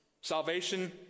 Salvation